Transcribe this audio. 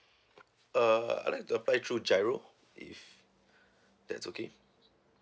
uh I would like to apply through G_I_R_O if that's okay